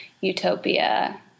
utopia